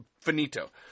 finito